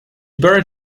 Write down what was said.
buried